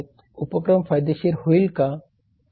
उपक्रम फायदेशीर होईल का